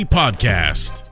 podcast